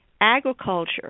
Agriculture